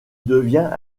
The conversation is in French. devient